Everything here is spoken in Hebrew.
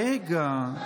רגע,